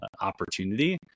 opportunity